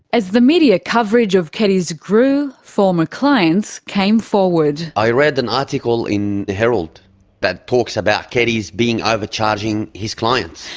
as the media coverage of keddies grew, former clients came forward. i read an article in the herald that talks about keddies being, overcharging his clients.